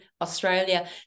Australia